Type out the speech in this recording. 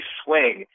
swing